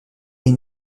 est